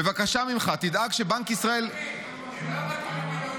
בבקשה ממך, תדאג שבנק ישראל --- הם לא מכירים.